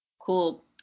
cool